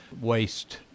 waste